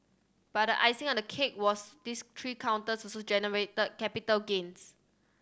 but the icing on the cake was these three counters also generated capital gains